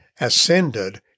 ascended